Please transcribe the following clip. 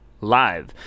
live